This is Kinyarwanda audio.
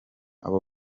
abo